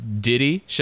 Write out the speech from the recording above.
Diddy